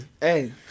hey